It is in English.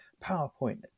PowerPoint